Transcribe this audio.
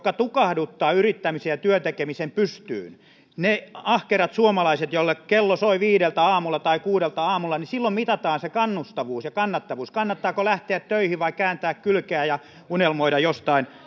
himoverotuslinja tukahduttaa yrittämisen ja työn tekemisen pystyyn ne ahkerat suomalaiset joilla kello soi viideltä tai kuudelta aamulla silloin mitataan se kannustavuus ja kannattavuus kannattaako lähteä töihin vai kääntää kylkeä ja unelmoida jostain